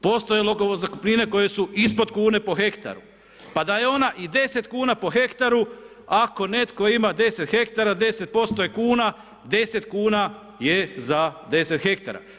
Postoje lovozakupnine koje su ispod kune po hektaru, pa da je ona i 10 kuna po hektaru, ako netko ima 10 hektara, 10% je kuna, 10 kuna je za 10 hektara.